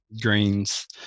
greens